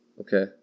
Okay